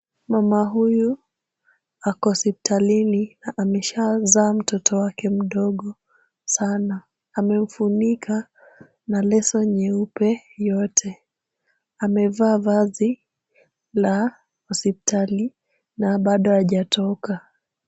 Mama huyu ako hospitalini ameshazaa mtoto wake mdogo sana. Amemfunika na leso nyeupe yote. Amevaa vazi la hospitali na bado hajatoka.